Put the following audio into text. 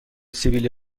سبیل